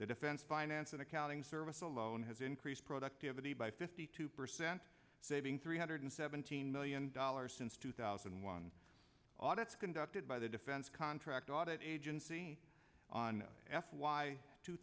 the defense finance that accounting service alone has increased productivity by fifty two percent saving three hundred seventeen million dollars since two thousand and one audits conducted by the defense contract audit agency on f y two